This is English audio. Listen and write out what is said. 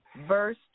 verse